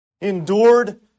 Endured